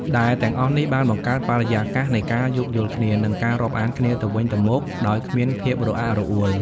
ដែលទាំងអស់នេះបានបង្កើតបរិយាកាសនៃការយោគយល់គ្នា និងការរាប់អានគ្នាទៅវិញទៅមកដោយគ្មានភាពរអាក់រអួល។